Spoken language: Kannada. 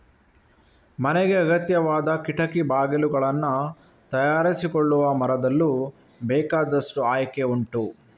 ಮನೆಗೆ ಅಗತ್ಯವಾದ ಕಿಟಕಿ ಬಾಗಿಲುಗಳನ್ನ ತಯಾರಿಸಿಕೊಳ್ಳುವ ಮರದಲ್ಲೂ ಬೇಕಾದಷ್ಟು ಆಯ್ಕೆ ಉಂಟು